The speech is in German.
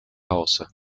hause